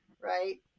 right